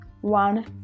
One